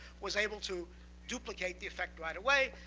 was able to duplicate the effect right away.